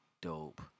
dope